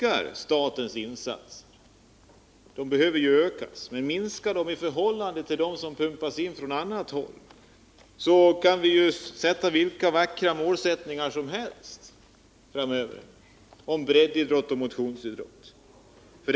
Om statens insatser minskar — de behöver ökas — i förhållande till det som pumpas in från annat håll spelar det ingen roll vilka vackra målsättningar vi ställer upp om breddidrott och motionsidrott.